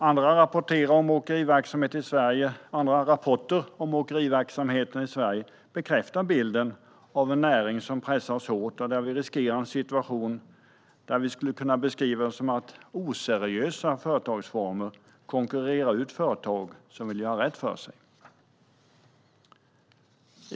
Andra rapporter om åkeriverksamheten i Sverige bekräftar bilden av en näring som pressas hårt och där vi riskerar en situation som kan beskrivas som att oseriösa företagsformer konkurrerar ut företag som vill göra rätt för sig.